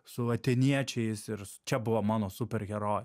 su atėniečiais ir čia buvo mano superheroj